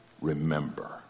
Remember